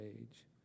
age